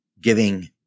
giving